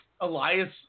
Elias